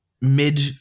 mid